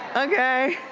okay.